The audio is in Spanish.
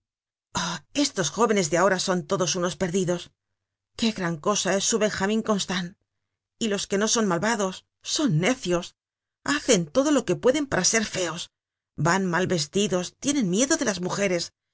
oh estos jóvenes de aho ra son todos unos perdidos que gran cosa es su benjamin constant y los que no son malvados son necios hacen todo lo que pueden para ser feos van mal vestidos tienen miedo de las mujeres